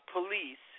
Police